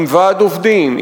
עם ועד עובדים,